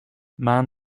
man